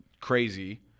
crazy